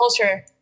culture